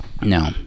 No